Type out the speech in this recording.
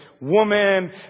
woman